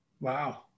wow